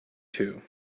two